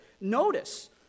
Notice